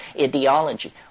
ideology